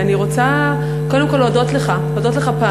אני רוצה קודם כול להודות לך פעמיים,